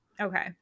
okay